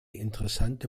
interessante